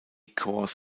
korps